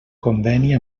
conveni